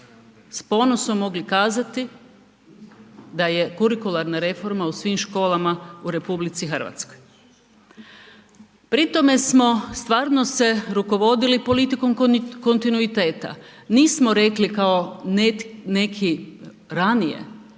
s ponosom mogli kazati da je kurikularna reforma u svim školama u RH. Pri tome smo se stvarno rukovodili politikom kontinuiteta. Nismo rekli kao neki ranije